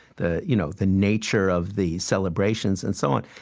the you know the nature of the celebrations, and so on.